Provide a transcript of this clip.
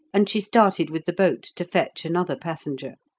and she started with the boat to fetch another passenger.